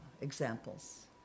examples